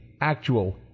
actual